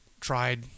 tried